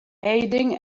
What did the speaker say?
aiding